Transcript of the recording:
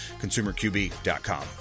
ConsumerQB.com